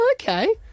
okay